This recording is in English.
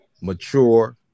mature